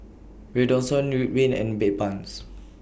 Redoxon Ridwind and Bedpans